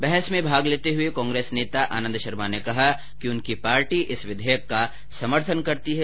बहस में भाग लेते हुए कांग्रेस नेता आनंद शर्मा ने कहा कि उनकी पार्टी इस विधेयक का समर्थन करती है